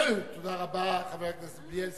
חבר הכנסת בילסקי.